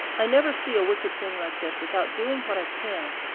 i never see a wicked thing like this without doing what i can,